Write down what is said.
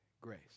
grace